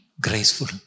graceful